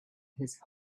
his